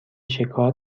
شکار